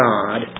God